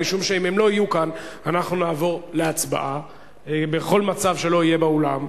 ומשום שאם הם לא יהיו כאן אנחנו נעבור להצבעה בכל מצב שלא יהיה באולם.